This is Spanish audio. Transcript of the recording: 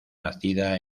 nacida